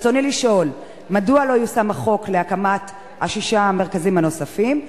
רצוני לשאול: 1. מדוע לא יושם החוק להקמת שישה מרכזים נוספים?